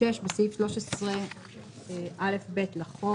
תגמולים אחרי פטירתו של נכה 6. בסעיף 13א(ב) לחוק,